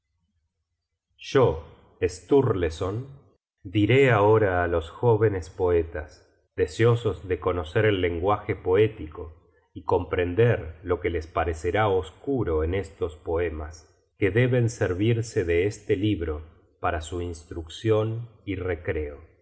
search generated at yo diré ahora á los jóvenes poetas deseosos de conocer el lenguaje poético y comprender lo que les parecerá oscuro en estos poemas que deben servirse de este libro para su instruccion y recreo